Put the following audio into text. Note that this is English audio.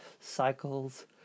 cycles